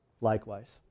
Likewise